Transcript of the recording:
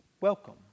welcome